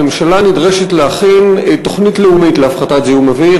הממשלה נדרשת להכין תוכנית לאומית להפחתת זיהום אוויר.